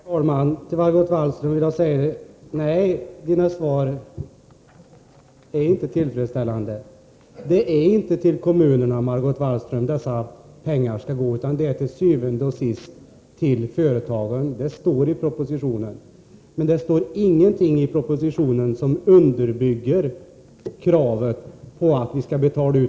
Herr talman! Till Margot Wallström vill jag säga: Nej, dina svar är inte tillfredsställande. Det är inte till kommunerna som dessa pengar skall gå, utan de går til syvende og sidst till företagen — det står i propositionen. Men det står ingenting i propositionen som motiverar varför dessa pengar skall betalas ut.